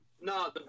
no